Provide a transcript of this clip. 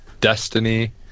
Destiny